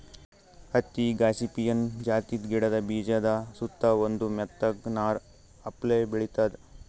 ಹತ್ತಿ ಗಾಸಿಪಿಯನ್ ಜಾತಿದ್ ಗಿಡದ ಬೀಜಾದ ಸುತ್ತಾ ಒಂದ್ ಮೆತ್ತಗ್ ನಾರ್ ಅಪ್ಲೆ ಬೆಳಿತದ್